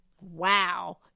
Wow